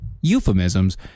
euphemisms